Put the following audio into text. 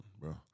bro